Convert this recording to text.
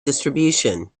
distribution